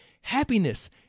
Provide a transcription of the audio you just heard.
Happiness